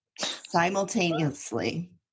simultaneously